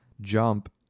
jump